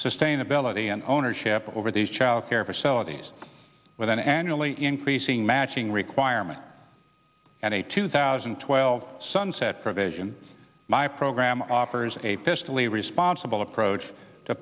sustainability and ownership over these child care facilities with an annually increasing matching requirement and a two thousand and twelve sunset provision my program offers a fiscally responsible